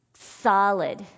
solid